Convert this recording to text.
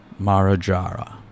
Marajara